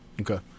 Okay